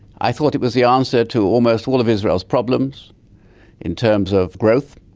i thought it was the answer to almost all of israel's problems in terms of growth.